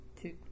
Two